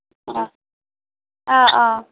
অঁ অঁ অঁ